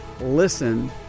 Listen